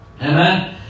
Amen